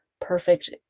perfect